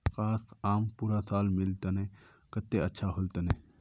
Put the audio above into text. काश, आम पूरा साल मिल तने कत्ते अच्छा होल तने